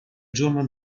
giorno